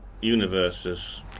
universes